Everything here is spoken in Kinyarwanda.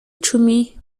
icumi